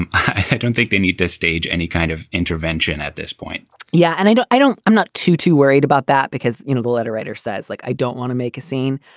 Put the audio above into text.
and i don't think they need to stage any kind of intervention at this point yeah. and i know i don't i'm not too too worried about that because, you know, the letter writer says, like, i don't want to make a scene,